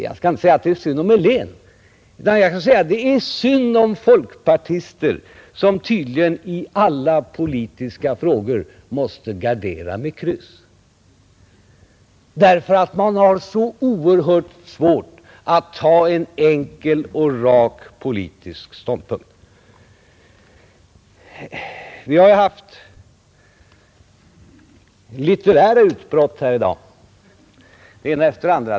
Jag skall inte säga att det är synd om herr Helén, utan jag skall säga att det är synd om folkpartister, som tydligen i alla politiska frågor måste gardera med kryss, därför att man har så oerhört svårt att inta en enkel och rak politisk ståndpunkt. Vi har haft litterära utbrott här i dag, det ena efter det andra.